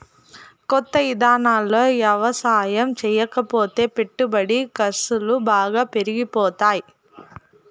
కొత్త ఇదానాల్లో యవసాయం చేయకపోతే పెట్టుబడి ఖర్సులు బాగా పెరిగిపోతాయ్